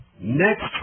Next